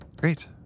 great